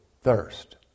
thirst